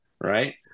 Right